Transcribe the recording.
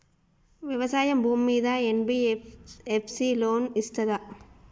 వ్యవసాయం భూమ్మీద NBFS loan ఇస్తదా?